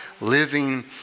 living